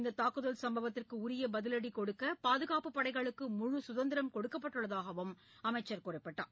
இந்த தாக்குதல் சம்பவத்திற்கு உரிய பதிவடி கொடுக்க பாதுகாப்புப் படைகளுக்கு முழு கதந்திரம் கொடுக்கப்பட்டுள்ளதாகவும் அமைச்சர் குறிப்பிட்டார்